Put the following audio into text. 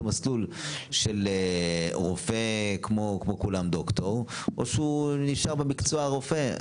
המסלול לדוקטורט או שהוא נשאר במקצוע הרופא.